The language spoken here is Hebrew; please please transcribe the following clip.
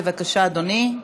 בבקשה, אדוני.